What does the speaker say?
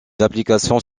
applications